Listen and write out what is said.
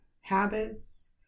habits